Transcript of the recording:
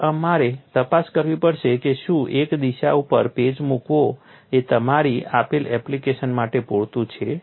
તેથી અમારે તપાસ કરવી પડશે કે શું એક દિશા ઉપર પેચ મૂકવો એ તમારી આપેલ એપ્લિકેશન માટે પૂરતું છે